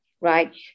right